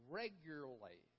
regularly